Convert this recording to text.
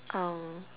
um